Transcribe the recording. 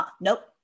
nope